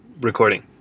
recording